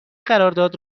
قرارداد